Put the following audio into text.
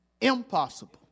impossible